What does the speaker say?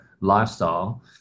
lifestyle